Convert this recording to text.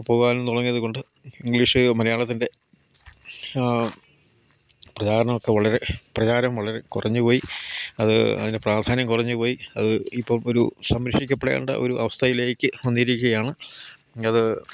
പോകാനും തുടങ്ങിയത് കൊണ്ട് ഇംഗ്ലീഷ് മലയാളത്തിൻ്റെ പ്രചാരണമൊക്കെ വളരെ പ്രചാരം വളരെ കുറഞ്ഞ് പോയി അത് അതിന് പ്രാധാന്യം കുറഞ്ഞ് പോയി അത് ഇപ്പം ഒരു സംരക്ഷിക്കപ്പെടേണ്ട ഒരു അവസ്ഥയിലേക്ക് വന്നിരിക്കുകയാണ് അത്